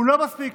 לא מספיק,